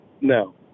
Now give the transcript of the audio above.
No